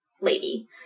lady